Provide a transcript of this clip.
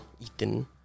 Ethan